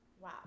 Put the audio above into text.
Wow